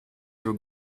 your